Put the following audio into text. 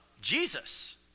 Jesus